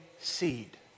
seed